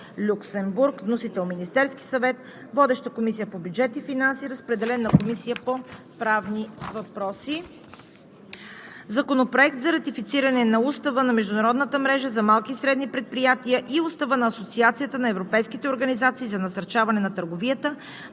Люксембург. Вносител – Министерският съвет, водеща е Комисията по бюджет и финанси, разпределен на Комисията по правни въпроси. Законопроект за ратифициране на Устава на Международната мрежа за малки и средни предприятия и Устава на Асоциацията на европейските организации за насърчаване на търговията.